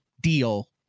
deal